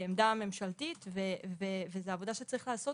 כעמדה ממשלתית, וזאת עבודה שצריך לעשות.